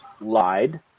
lied